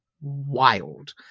wild